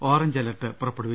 orange alert പുറപ്പെടുവി